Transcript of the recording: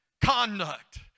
conduct